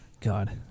God